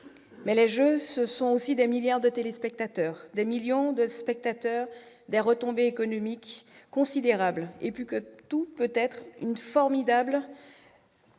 ! Les jeux, ce sont aussi des milliards de téléspectateurs, des millions de spectateurs, des retombées économiques considérables et, plus que tout peut-être, un formidable